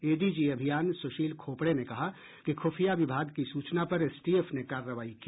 ADG अभियान सुशील खोपड़े ने कहा कि ख्रफिया विभाग की सुचना पर एसटीएफ ने कार्रवाई की